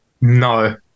No